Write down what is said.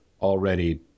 already